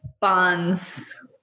bonds